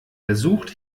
versucht